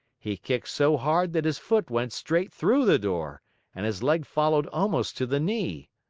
he kicked so hard that his foot went straight through the door and his leg followed almost to the knee.